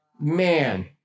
Man